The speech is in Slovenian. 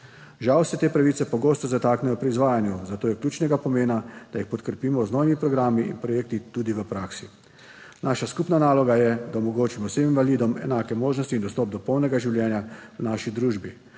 Žal se te pravice pogosto zataknejo pri izvajanju, zato je ključnega pomena, da jih podkrepimo z novimi programi in projekti tudi v praksi. Naša skupna naloga je, da omogočimo vsem invalidom enake možnosti in dostop do polnega življenja v naši družbi,